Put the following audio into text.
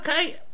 okay